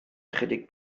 ychydig